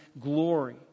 glory